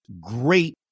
great